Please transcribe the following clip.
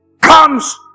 comes